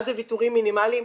מה זה ויתורים מינימליים?